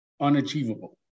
unachievable